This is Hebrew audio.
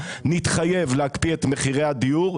נתחייב להקפיא את מחירי הדיור,